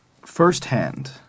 firsthand